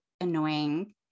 annoying